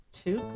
two